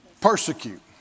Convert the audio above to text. Persecute